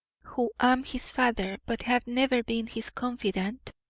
who am his father, but have never been his confidant?